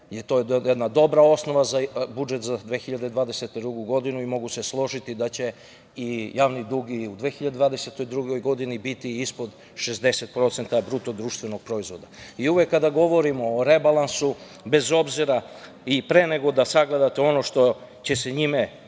je to jedna dobra osnova za budžet za 2022. godinu i mogu se složiti da će i javni dug u 2022. godini, biti ispod 60% BDP.Uvek kada govorimo o rebalansu, bez obzira i pre nego da sagledate ono što će se njime predložiti